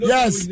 Yes